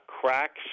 cracks